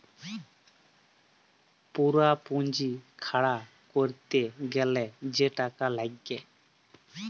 পুরা পুঁজি খাড়া ক্যরতে গ্যালে যে টাকা লাগ্যে